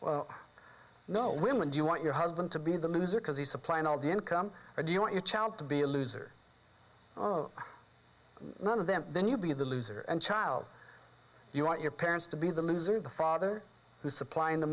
loser no women do you want your husband to be the loser because he's supplying all the income or do you want your child to be a loser none of them then you be the loser and child you want your parents to be the loser the father who's supplying the